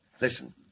Listen